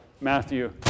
Matthew